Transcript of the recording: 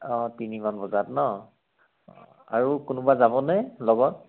অ তিনিমান বজাত ন' আৰু কোনোবা যাবনে লগত